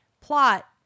plot